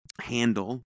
handle